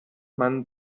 man